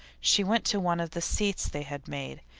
she went to one of the seats they had made,